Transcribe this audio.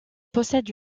possède